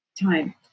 time